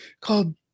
called